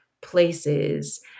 places